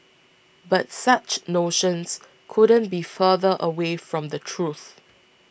but such notions couldn't be further away from the truth